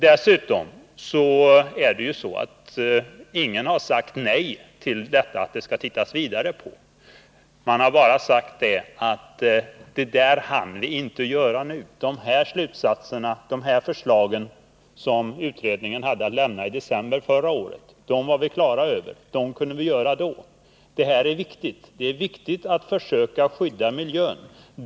Dessutom är det ju så att ingen har sagt nej till att frågan skall undersökas vidare. Man har bara sagt att det där hinner vi inte göra nu. De slutsatser och de förslag som utredningen förde fram i december förra året var vi klara över — dem kunde man presentera då. Det här är viktigt — det är viktigt att försöka skydda miljön.